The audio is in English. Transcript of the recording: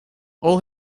all